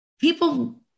people